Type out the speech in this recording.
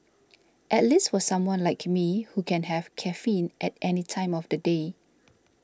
at least for someone like me who can have caffeine at any time of the day